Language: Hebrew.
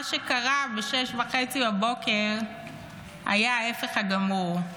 מה שקרה ב-06:30 היה ההפך הגמור.